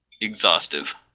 exhaustive